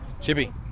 chippy